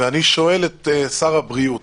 אני שואל את שר הבריאות: